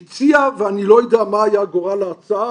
הוא הציע ואני לא יודע מה היה גורל ההצעה,